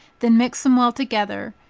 then mix them well together,